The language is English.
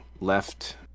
left